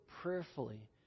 prayerfully